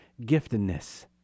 giftedness